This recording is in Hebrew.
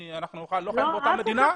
אנחנו לא חיים באותה מדינה?